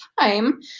time